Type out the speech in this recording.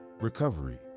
Recovery